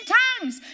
tongues